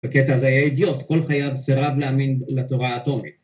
‫בקטע הזה היה אידיוט, ‫כל חייו סירב להאמין לתורה האטומית.